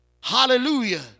Hallelujah